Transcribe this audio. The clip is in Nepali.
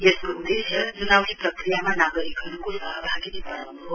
यसको उदेश्य चुनावी प्रक्रियामा नागरिकहरुको सहभागिता वढ़ाउन् हो